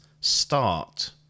Start